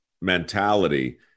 mentality